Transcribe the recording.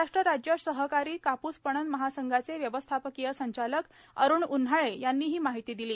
महाराष्ट्र राज्य सहकारी काप्स पणन महासंघाचे व्यवस्थापकीय संचालक अरुण उन्हाळे यांनी ही माहिती दिली